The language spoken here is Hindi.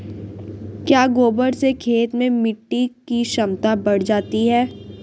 क्या गोबर से खेत में मिटी की क्षमता बढ़ जाती है?